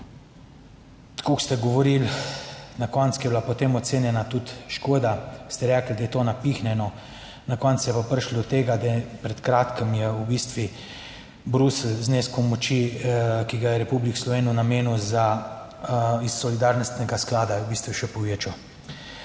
kot ste govorili na koncu, ko je bila potem ocenjena tudi škoda, ste rekli, da je to napihnjeno, na koncu je pa prišlo do tega, da je pred kratkim je v bistvu Bruselj zneskom pomoči, ki ga je v Republiki Sloveniji namenil za, iz solidarnostnega sklada, v bistvu še povečal.